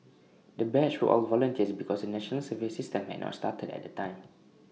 the batch were all volunteers because the National Service system had not started at the time